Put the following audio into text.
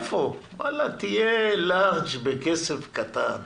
תהיה לארג' בכסף קטן,